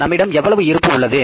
நம்மிடம் எவ்வளவு இருப்பு உள்ளது